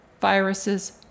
viruses